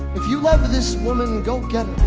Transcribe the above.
if you love this woman. go get.